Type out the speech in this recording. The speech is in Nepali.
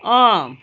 अँ